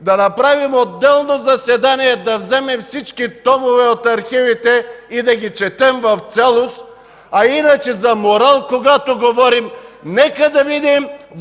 да направим отделно заседание, да вземем всички томове от архивите и да ги четем в цялост. А иначе, когато говорим за морал, нека да видим